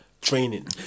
training